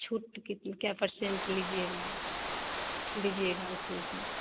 छूट कितना क्या पर्सेंट लीजिएगा दीजिएगा उसमें से